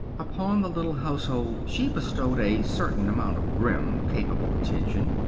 upon the little household she bestowed a certain amount of grim, capable attention.